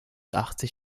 achtzig